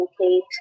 okay